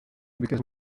because